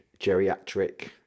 geriatric